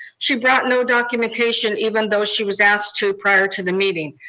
she brought no documentation, even though she was asked to prior to the meeting.